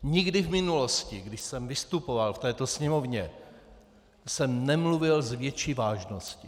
Nikdy v minulosti, když jsem vystupoval v této Sněmovně, jsem nemluvil s větší vážností.